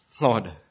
Lord